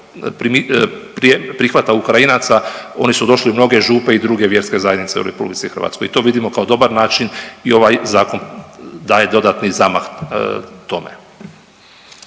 prihvata Ukrajinaca oni su došli u mnoge župe i druge vjerske zajednice u RH i to vidimo kao dobar način i ovaj zakon daje dodatni zamah tome.